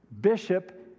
Bishop